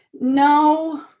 No